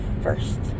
first